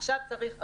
עכשיו צריך ערים.